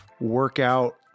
workout